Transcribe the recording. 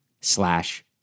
slash